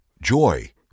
joy